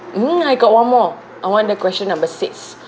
mm I got one more I want the question number six